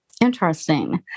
Interesting